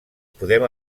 podem